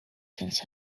since